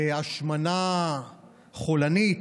והשמנה חולנית,